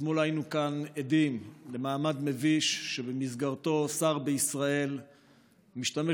אתמול היינו עדים כאן למעמד מביש שבו שר בישראל משתמש